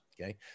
okay